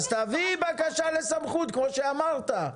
אז תביאי בקשה לסמכות, כמו שאתה אמרת.